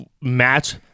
match